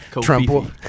Trump